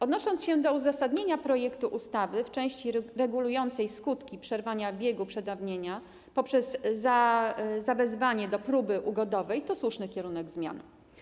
Odnosząc się do uzasadnienia projektu ustawy w części regulującej skutki przerwania biegu przedawnienia poprzez zawezwanie do próby ugodowej, to słuszny kierunek zmiany.